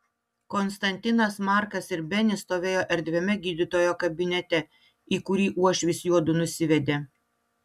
konstantinas markas ir benis stovėjo erdviame gydytojo kabinete į kurį uošvis juodu nusivedė